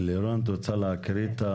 לירון את רוצה להקריא?